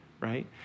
right